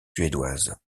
suédoises